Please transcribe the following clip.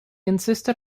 insisted